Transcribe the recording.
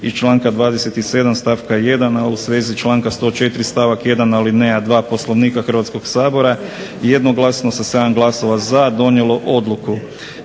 i članka 27. stavka 1., a u svezi članka 104. stavak 1. alineja 2. Poslovnika Hrvatskog sabora jednoglasno sa 7 glasova za donijelo odluku: